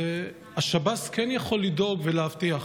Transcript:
והשב"ס כן יכול לדאוג ולהבטיח.